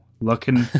looking